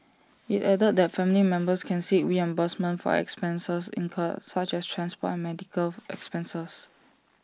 IT added that family members can seek reimbursement for expenses incurred such as transport and medical expenses